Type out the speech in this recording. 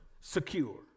secure